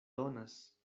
donas